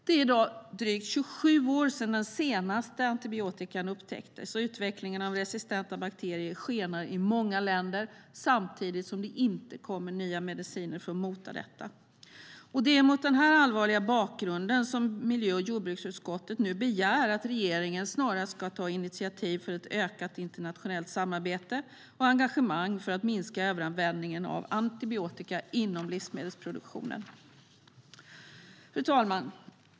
Det är i dag drygt 27 år sedan den senaste antibiotikan upptäcktes, och utvecklingen av resistenta bakterier skenar i många länder samtidigt som det inte kommer fram nya mediciner för att mota problemet. Det är mot denna allvarliga bakgrund som miljö och jordbruksutskottet nu begär att regeringen snarast ska ta initiativ för ett ökat internationellt samarbete och engagemang för att minska överanvändningen av antibiotika inom livsmedelsproduktionen. Fru talman!